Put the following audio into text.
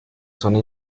zona